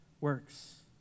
works